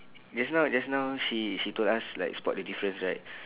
just now just now she she told us like spot the difference right